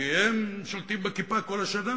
כי הם שולטים בכיפה כל השנה.